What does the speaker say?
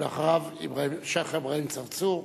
ואחריו, שיח' אברהים צרצור.